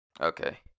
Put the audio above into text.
Okay